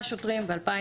שלושה שוטרים, ו-2017